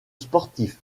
sportif